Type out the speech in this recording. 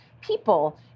people